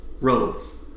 roads